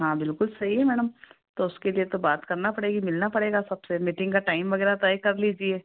हाँ बिल्कुल सही है मैडम तो उसके लिए तो बात करना पड़ेगी मिलना पड़ेगा सब से मीटिंग का टाइम वगैरह तय कर लीजिए